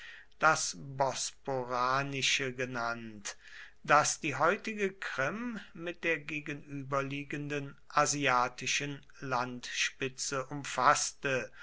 das bosporanische genannt das die heutige krim mit der gegenüberliegenden asiatischen landspitze umfaßte